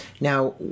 Now